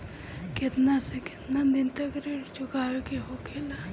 केतना से केतना दिन तक ऋण चुकावे के होखेला?